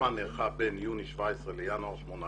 בין יוני 2017 לינואר 2018